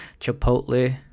Chipotle